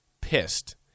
pissed